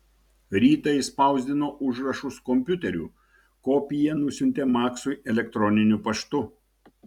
rytą išspausdino užrašus kompiuteriu kopiją nusiuntė maksui elektroniniu paštu